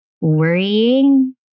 worrying